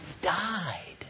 died